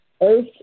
earth